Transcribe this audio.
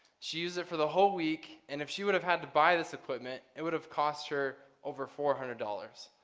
she used it for the whole week, and if she would have had to buy this equipment, it would have cost her over four hundred dollars.